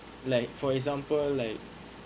like for example like